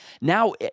Now